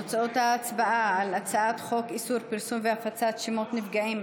תוצאות ההצבעה על איסור פרסום והפצת שמות נפגעים,